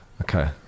Okay